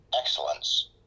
excellence